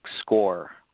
score